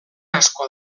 asko